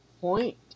point